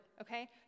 okay